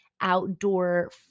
outdoor